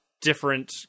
different